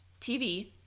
tv